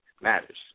matters